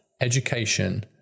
education